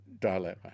dilemma